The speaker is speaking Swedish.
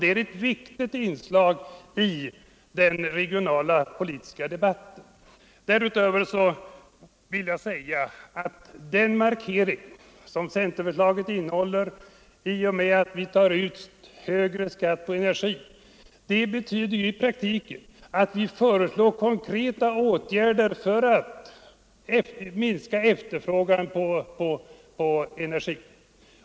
Det är ett viktigt inslag i den regionalpolitiska debatten. Markeringen i centerförslaget, att man bör ta ut en högre energiskatt, betyder i praktiken att vi föreslår konkreta åtgärder för att minska efterfrågan på energi.